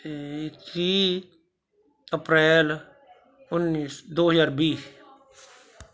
ਅਤੇ ਤੀਹ ਅਪ੍ਰੈਲ ਉੱਨੀ ਦੋ ਹਜ਼ਾਰ ਵੀਹ